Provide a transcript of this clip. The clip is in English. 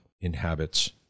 inhabits